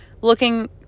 looking